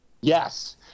Yes